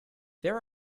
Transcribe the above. there